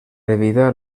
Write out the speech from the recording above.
evitar